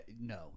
No